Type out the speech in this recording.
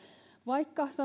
vaikka